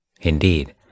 Indeed